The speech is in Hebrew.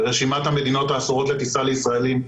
ברשימת המדינות האסורות לטיסה לישראלים,